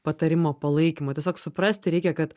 patarimo palaikymo tiesiog suprasti reikia kad